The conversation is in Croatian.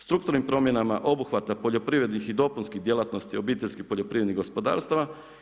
Strukturnim promjenama obuhvata poljoprivrednih i dopunskih djelatnosti obiteljskih poljoprivrednih gospodarstava.